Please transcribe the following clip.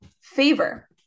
favor